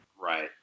Right